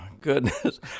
goodness